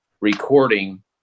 recording